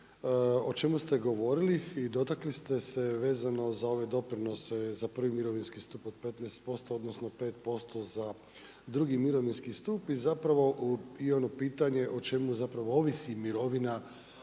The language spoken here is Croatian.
o čemu ste govorili i dotakli ste se vezano uz ove doprinose za prvi mirovinski stup od 15%, odnosno 5% za drugi mirovinski stup i zapravo i ono pitanje o čemu zapravo ovisi mirovina